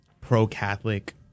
pro-Catholic